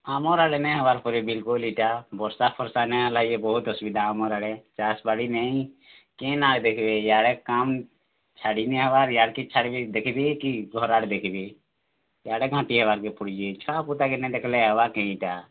ଆମର୍ ଆଡ଼େ ନାଇ ହେବାର୍ ପରେ ବିଲ୍କୁଲ୍ ଇ'ଟା ବର୍ଷାଫର୍ଷା ନାଇଁ ହେଲା ଯେ ବହୁତ୍ ଅସୁବିଧା ଆମର୍ ଆଡ଼େ ଚାଷ୍ ବାଡ଼ି ନାଇ କେନ୍ ଆଡ଼େ ଦେଖ୍ବେ ଇଆଡ଼େ କାମ୍ ଛାଡ଼ି ନେଇ ହେବାର୍ ଇଆଡ଼୍ କେ ଛାଡ଼୍ଲେ ଦେଖିଥିବେ କି ଘର୍ ଆଡ଼େ ଦେଖ୍ବେ ଇଆଡ଼େ ଘାଣ୍ଟି ହେବାର୍କେ ପଡ଼ୁଛେ ଛୁଆପୁତାକେ ନାଇ ଦେଖ୍ଲେ ହେବା କାଏଁ ଇ'ଟା